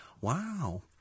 Wow